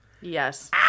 Yes